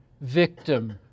victim